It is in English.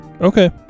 Okay